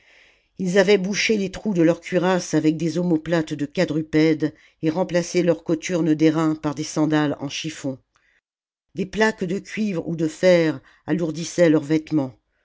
ils avaient bouché les trous de leurs cuirasses avec des omoplates de quadrupèdes et remplacé leurs cothurnes d'airain par des sandales en chiffons des plaques de cuivre ou de fer alourdissaient leurs vêtements